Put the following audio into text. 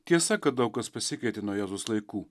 tiesa kad daug kas pasikeitė nuo jėzaus laikų